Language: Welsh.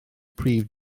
prif